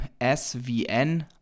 SVN